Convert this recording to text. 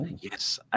Yes